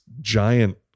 giant